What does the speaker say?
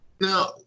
now